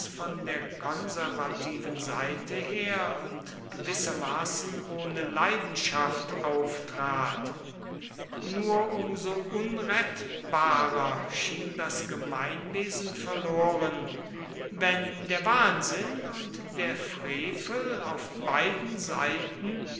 von der konservativen seite her und gewissermaßen ohne leidenschaft auftrat nur um so unrettbarer schien das gemeinwesen verloren indem der wahnsinn und der frevel auf beiden seiten